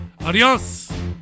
Adios